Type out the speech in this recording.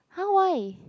!huh! why